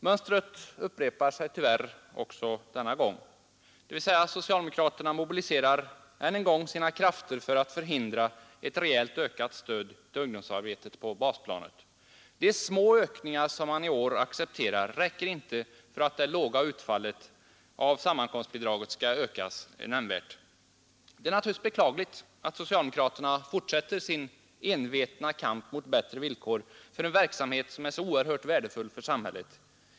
Mönstret upprepar sig tyvärr också denna gång. Socialdemokraterna mobiliserar än en gång sina krafter för att förhindra ett rejält ökat stöd till ungdomsarbetet på basplanet. De små ökningar som man i år accepterar räcker inte för att det låga utfallet av sammankomstbidraget skall höjas nämnvärt. Det är naturligtvis beklagligt att socialdemokraterna fortsätter sin envetna kamp mot bättre villkor för en verksamhet som är så oerhört värdefull för samhället.